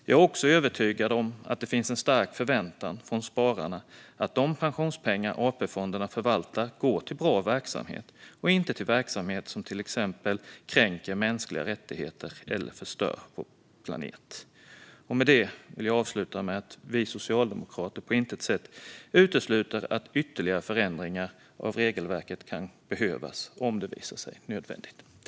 Jag är också övertygad om att det finns en stark förväntan från spararna att de pensionspengar som AP-fonderna förvaltar går till bra verksamhet och inte till verksamhet som till exempel kränker mänskliga rättigheter eller förstör vår planet. Med detta vill jag avsluta med att säga att vi socialdemokrater på intet sätt utesluter ytterligare förändringar av regelverket om det visar sig nödvändigt.